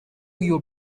your